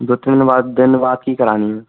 दो तीन दिन बाद दिन बाद की करानी है